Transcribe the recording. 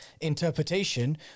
interpretation